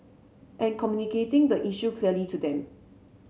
and communicating the issue clearly to them